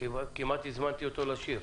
ניסים סרוסי.